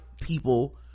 people